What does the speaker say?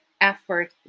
effort